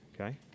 Okay